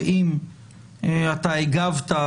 ואם הגבת,